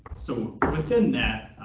so within that